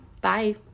Bye